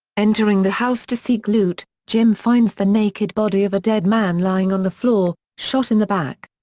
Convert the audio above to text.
entering the house to seek loot, jim finds the naked body of a dead man lying on the floor, shot in the back.